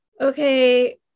Okay